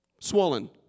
swollen